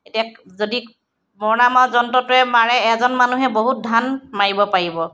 এতিয়া যদি মৰণা মৰা যন্ত্ৰটোৱে মাৰে এজন মানুহে বহুত ধান মাৰিব পাৰিব